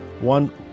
one